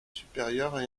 supérieure